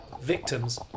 Victims